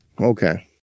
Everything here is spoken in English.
Okay